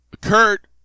Kurt